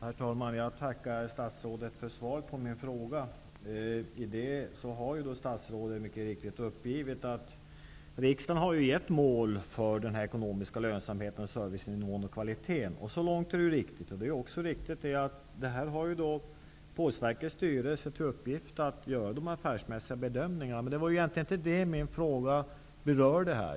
Herr talman! Jag tackar statsrådet för svaret på min fråga. Statsrådet uppger att riksdagen har angivit mål för ekonomisk lönsamhet, servicenivå och kvalitet. Så långt är det riktigt. Det är också riktigt att Postverkets styrelse har till uppgift att göra de affärsmässiga bedömningarna. Det var dock egentligen inte detta som min fråga gällde.